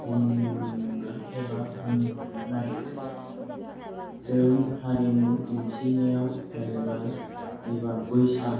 बुंगोन एबा बुंनो नागिरदों जों हारिमु दिन्थिनायाव जाहैबाय एबा बैसाग